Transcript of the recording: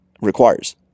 requires